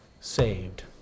saved